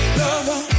lover